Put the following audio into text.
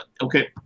Okay